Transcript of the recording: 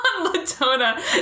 Latona